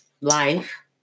life